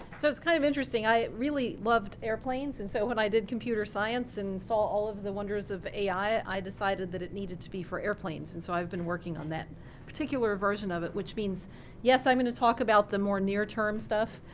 so it's kind of interesting. i really loved airplanes and so when i did computer science and saw all of the wonders of ai, i decided that it needed to be for airplanes. and so i've been working on that particular version of it which means yes, i'm gonna talk about the more near term stuff.